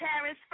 Paris